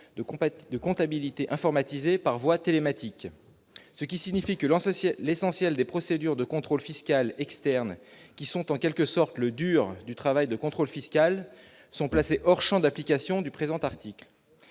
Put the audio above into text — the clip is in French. de comptabilité informatisée par voie télématique, ce qui signifie que l'ancienne, l'essentiel des procédures de contrôle fiscal externes qui sont en quelque sorte le dur du travail de contrôle fiscal sont placés hors Champ d'application du présent article